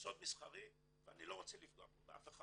סוד מסחרי ואני לא רוצה לפגוע פה באף אחד.